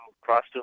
crossed